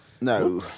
no